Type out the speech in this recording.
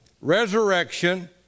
resurrection